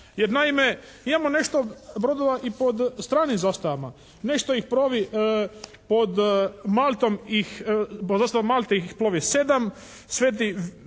Jer naime imamo nešto brodova i pod stranim zastavama. Nešto ih plovi pod Maltom, pod zastavom Malte ih plovi sedam, Sveti